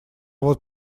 вот